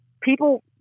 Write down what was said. people